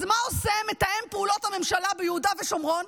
אז מה עושה מתאם פעולות הממשלה ביהודה ושומרון?